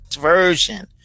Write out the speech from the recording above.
version